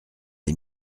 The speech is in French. les